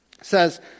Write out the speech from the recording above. says